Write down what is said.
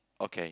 okay